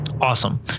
Awesome